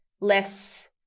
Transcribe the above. less